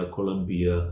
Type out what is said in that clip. Colombia